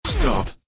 Stop